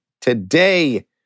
Today